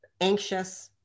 anxious